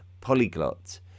polyglot